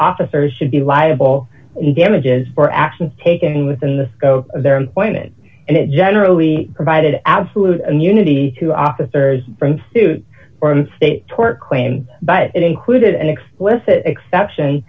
officers should be liable in damages for actions taken within the scope of their employment and it generally provided absolute immunity to officers from suit for him state tort claims but it included an explicit exception